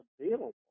available